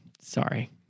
Sorry